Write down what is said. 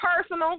personal